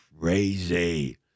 crazy